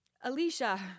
Alicia